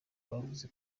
bavuze